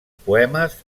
poemes